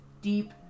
deep